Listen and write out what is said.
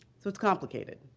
so it's complicated.